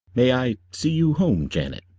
may i see you home, janet?